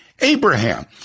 Abraham